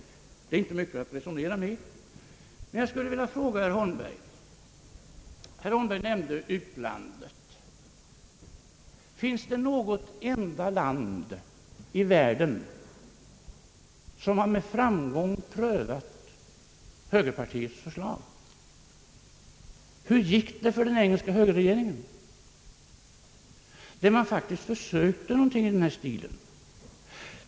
Herr Holmberg är, som sagt, inte mycket att resonera med, men jag skulle ändå vilja ställa en fråga, eftersom herr Holmberg nämnde utlandet: Finns det något enda land i världen som med framgång prövat högerpartiets förslag? Hur gick det för den engelska högerregeringen som faktiskt försökte någonting i den här stilen?